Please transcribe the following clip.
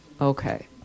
Okay